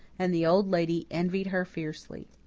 and the old lady envied her fiercely.